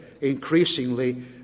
increasingly